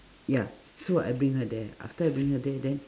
ya so I bring her there after I bring her there then